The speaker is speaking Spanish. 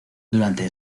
durante